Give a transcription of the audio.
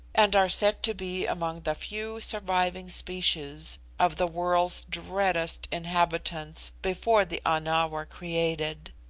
and are said to be among the few surviving species of the world's dreadest inhabitants before the ana were created.